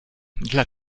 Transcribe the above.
dla